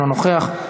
אינו נוכח,